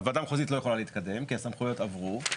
הוועדה המחוזית לא יכולה להתקדם כי הסמכויות עבור,